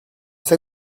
que